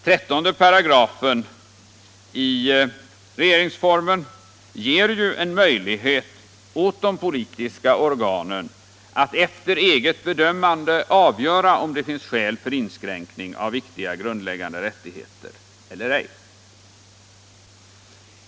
13 § i regeringsformen ger ju en möjlighet åt de politiska organen att efter eget bedömande avgöra om det finns skäl för inskränkning av viktiga grundläggande rättigheter eller ej.